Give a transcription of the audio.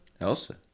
Elsa